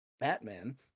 Batman